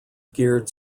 geared